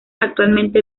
actualmente